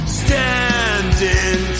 standing